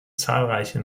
zahlreiche